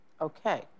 Okay